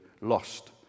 lost